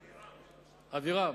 אבירם.